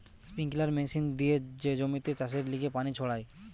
sprinkler machine দিয়ে যে জমিতে চাষের লিগে পানি ছড়ায়